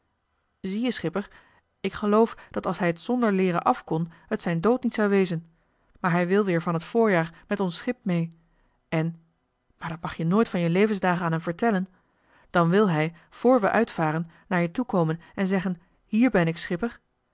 zie-je schipper ik geloof dat als hij t zonder leeren afkon het zijn dood niet zou wezen maar hij wil weer van t voorjaar niet ons schip mee en maar dat mag je nooit van je levensdagen aan hem vertellen dan wil hij vr we uitvaren naar je toekomen en zeggen hier ben ik schipper